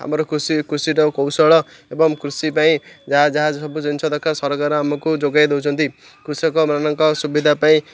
ଆମର କୃଷି କୃଷିର କୌଶଳ ଏବଂ କୃଷି ପାଇଁ ଯାହା ଯାହା ସବୁ ଜିନିଷ ଦରକାର ସରକାର ଆମକୁ ଯୋଗାଇ ଦେଉଛନ୍ତି କୃଷକମାନଙ୍କ ସୁବିଧା ପାଇଁ